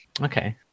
Okay